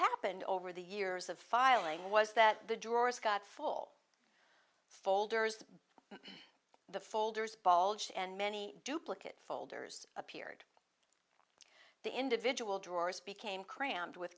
happened over the years of filing was that the drawers got full folders the folders and many duplicate folders appeared the individual drawers became crammed with